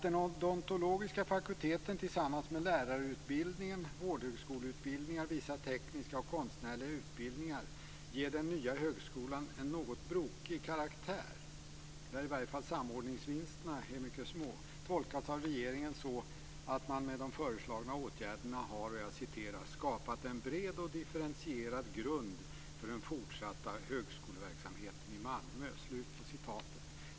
Den odontologiska fakulteten tillsammans med lärarutbildningen, vårdhögskoleutbildningen samt vissa tekniska och konstnärliga utbildningar ger den nya högskolan en något brokig karaktär, där i varje fall samordningsvinsterna är mycket små. Det tolkas av regeringen så, att man med de föreslagna åtgärderna har "skapat en bred och differentierad grund för den fortsatta högskoleverksamheten i Malmö".